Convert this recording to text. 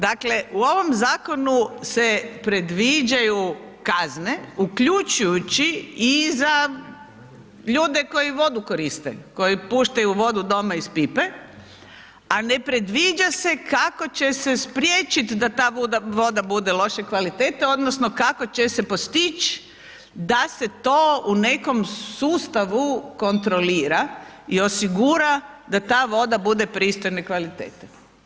Dakle, u ovom zakonu se predviđaju kazne, uključujući i za ljude koji vodu koriste, koji puštaju vodu doma iz pipe, a ne previđa se kako će se spriječiti da ta voda bude loše kvalitete, odnosno kako će se postići da se to u nekom sustavu kontrolira i osigura da ta voda bude pristojne kvalitete.